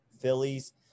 Phillies